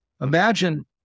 imagine